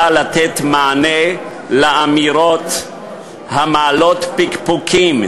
באה לתת מענה על אמירות המעלות פקפוקים,